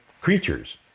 creatures